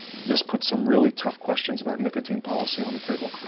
this puts some really tough questions about nicotine policy on the table,